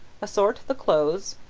assort the clothes,